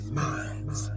minds